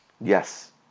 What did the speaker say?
Yes